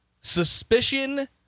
suspicion